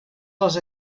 les